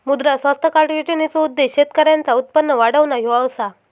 मुद्रा स्वास्थ्य कार्ड योजनेचो उद्देश्य शेतकऱ्यांचा उत्पन्न वाढवणा ह्यो असा